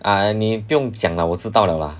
ah 你不用讲 lah 我知道 liao lah